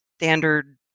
standard